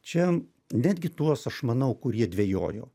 čia netgi tuos aš manau kurie dvejojo